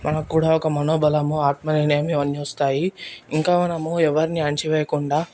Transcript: మనక్కూడా ఒక మనోబలం ఆత్మ నిర్ణయం ఇవన్నీ వస్తాయి ఇంకా మనం ఎవరిని అణిచివేయకుండా